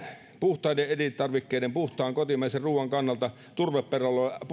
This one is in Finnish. puhtaiden elintarvikkeiden puhtaan kotimaisen ruoan kannalta turvepelloilla